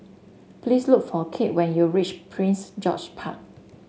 please look for Cade when you reach Prince George Park